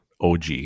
OG